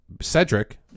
Cedric